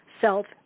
self